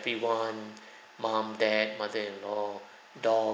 one mom dad mother-in-law dog